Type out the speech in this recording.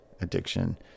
addiction